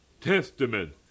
testament